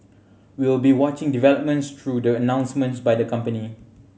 we will be watching developments through the announcements by the company